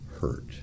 hurt